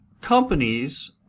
companies